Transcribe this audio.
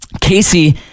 Casey